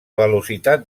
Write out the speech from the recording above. velocitat